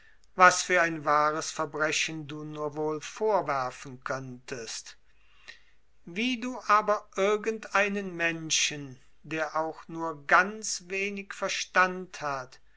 was für ein wahres verbrechen du nur wohl vorwerfen könntest wie du aber irgend einen menschen der auch nur ganz wenig verstand hat